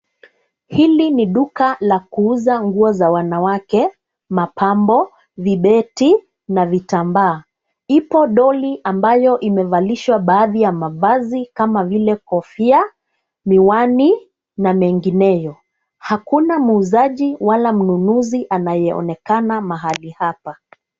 Hili ni duka la kuuza nguo za wanawake, mapambo, vibeti na vitambaa. Ipo doli ambayo imevalishwa baadhi ya mavazi kama vile kofia, miwani na mengineyo. Hakuna muuzaji wala mnunuzi anayeonekana mahali hapa.